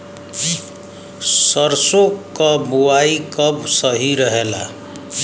सरसों क बुवाई कब सही रहेला?